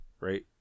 Right